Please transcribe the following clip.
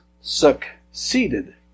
succeeded